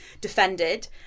defended